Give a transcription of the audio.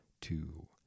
two